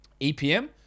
EPM